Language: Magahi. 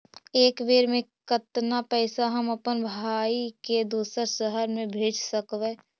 एक बेर मे कतना पैसा हम अपन भाइ के दोसर शहर मे भेज सकबै?